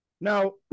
now